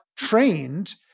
trained